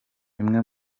imwe